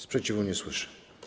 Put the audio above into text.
Sprzeciwu nie słyszę.